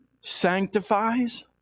sanctifies